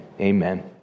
Amen